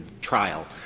trial —